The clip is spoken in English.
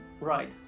Right